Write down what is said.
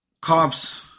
cops